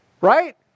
right